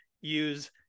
use